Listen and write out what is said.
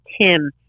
Tim